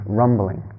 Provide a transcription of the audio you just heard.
rumbling